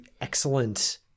excellent